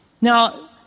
Now